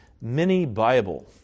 mini-Bible